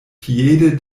piede